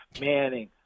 Manning